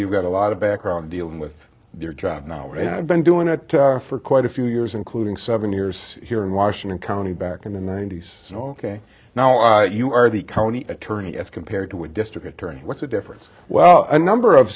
you've got a lot of background dealing with your job now and i've been doing it for quite a few years including seven years here in washington county back in the ninety's and ok now you are the county attorney as compared to a district attorney what's the difference well a number of